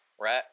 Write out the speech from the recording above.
right